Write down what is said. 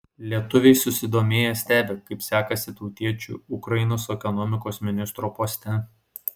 lietuviai susidomėję stebi kaip sekasi tautiečiui ukrainos ekonomikos ministro poste